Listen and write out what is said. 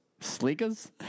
Sleekers